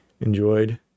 enjoyed